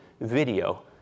video